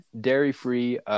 dairy-free